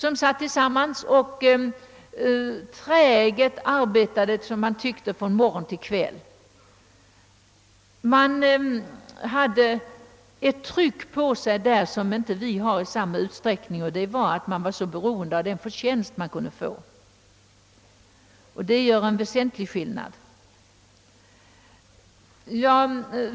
De arbetade träget från morgon till kväll, tydligen därför att de hade ett tryck på sig som inte finns i samma utsträckning hos oss; de var beroende av den förtjänst de kunde skaffa sig. Här fanns alltså en väsentlig skillnad mot förhållandena hos oss.